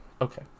okay